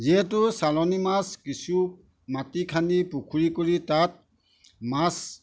যিহেতু চালানী মাছ কিছু মাটি খান্দি পুখুৰী কৰি তাত মাছ